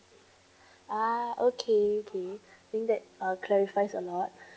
ah okay okay think that uh clarifies a lot